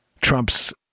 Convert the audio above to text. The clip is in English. Trump's